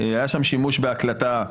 היה שם שימוש בהקלטה,